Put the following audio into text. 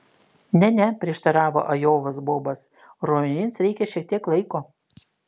ne ne prieštaravo ajovos bobas raumenims reikia šiek tiek laiko